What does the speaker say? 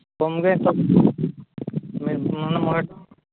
ᱠᱚᱢ ᱜᱮ ᱱᱤᱛᱳᱜ ᱢᱚᱬᱮ ᱫᱚ